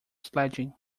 sledging